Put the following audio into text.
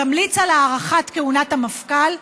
תמליץ על הארכת כהונת המפכ"ל,